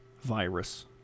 virus